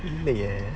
இல்லையே:illaye